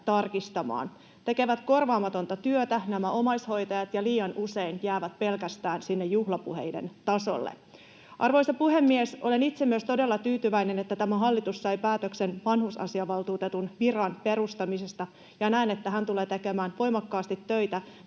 omaishoitajat tekevät korvaamatonta työtä ja liian usein jäävät pelkästään sinne juhlapuheiden tasolle. Arvoisa puhemies! Olen itse myös todella tyytyväinen, että tämä hallitus sai päätöksen vanhusasiavaltuutetun viran perustamisesta, ja näen, että hän tulee tekemään voimakkaasti töitä